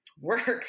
work